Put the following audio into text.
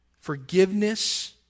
Forgiveness